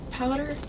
powder